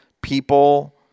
people